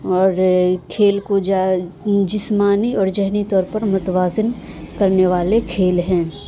اور کھیل کو زیادہ جسمانی اور ذہنی طور پر متوازن کرنے والے کھیل ہیں